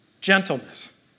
gentleness